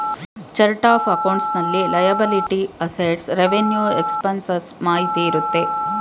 chart of accounts ನಲ್ಲಿ liability, assets, revenue expenses ಮಾಹಿತಿ ಇರುತ್ತೆ